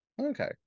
Okay